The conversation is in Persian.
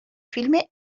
فیلم